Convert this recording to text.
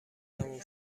تموم